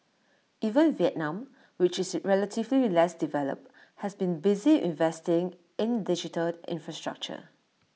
even Vietnam which is relatively less developed has been busy investing in digital infrastructure